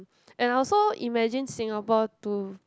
and I also imagine Singapore to